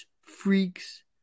freaks